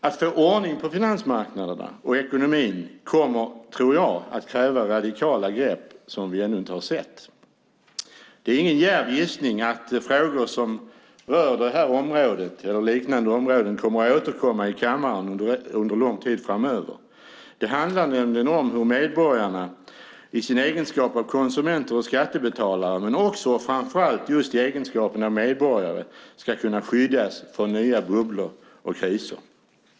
Att få ordning på finansmarknaderna och ekonomin tror jag kommer att kräva radikala grepp som vi ännu inte har sett. Det är ingen djärv gissning att frågor som rör detta område eller liknande områden kommer att återkomma i kammaren under lång tid framöver. Det handlar nämligen om hur medborgarna i sin egenskap av konsumenter och skattebetalare, men framför allt i egenskap av medborgare, ska kunna skyddas från nya bubblor och kriser.